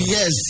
Yes